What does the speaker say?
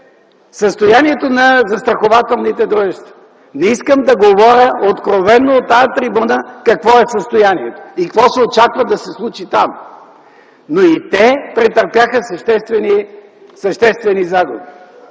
състоянието на застрахователните дружества. Не искам да говоря откровено от тази трибуна какво е състоянието и какво се очаква да се случи там, но и те претърпяха съществени загуби.